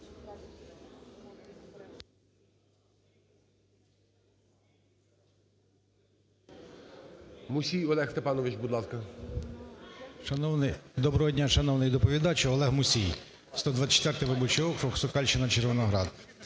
доброго дня, шановний доповідачу! Олег Мусій, 124 виборчий округ, Сокальщина, Червоноград.